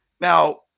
Now